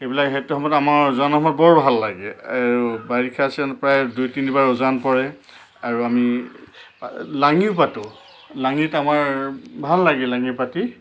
এইবিলাক সেইটো সময়ত আমাৰ উজানৰ সময় বৰ ভাল লাগে আৰু বাৰিষা চিজনত প্ৰায় দুই তিনিবাৰ উজান পৰে আৰু আমি লাঙিও পাতোঁ লাঙিত আমাৰ ভাল লাগে লাঙি পাতি